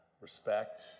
respect